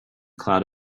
cloud